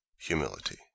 humility